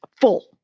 full